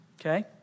Okay